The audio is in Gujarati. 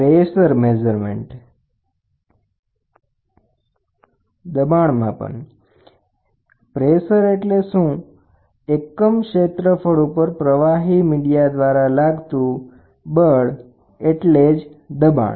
પ્રેસર મેજરમેન્ટદબાણ માપન એકમ ક્ષેત્રફળ ઉપર પ્રવાહી મીડિયા દ્વારા લાગતું બળ એટલે જ દબાણ